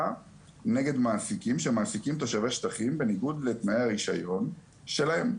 נגד מעסיקים שמעסיקים תושבי שטחים בניגוד לתנאי הרישיון שלהם,